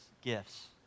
gifts